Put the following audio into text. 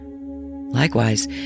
Likewise